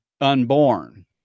unborn